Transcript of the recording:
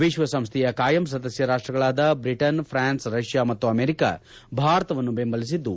ವಿಶ್ವಸಂಸ್ಥೆಯ ಕಾಯಂ ಸದಸ್ಯ ರಾಷ್ಟಗಳಾದ ಬ್ರಿಟನ್ ಫ್ರಾನ್ಸ್ ರಷ್ಕಾ ಮತ್ತು ಅಮೆರಿಕ ಭಾರತವನ್ನು ಬೆಂಬಲಿಸಿದ್ದು